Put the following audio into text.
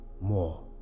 more